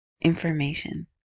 information